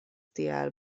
tiel